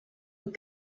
with